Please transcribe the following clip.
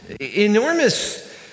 enormous